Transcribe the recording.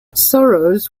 sorrows